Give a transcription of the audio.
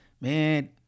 man